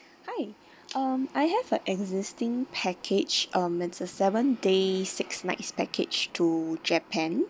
hi um I have a existing package um it's a seven days six nights package to japan